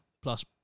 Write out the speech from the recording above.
plus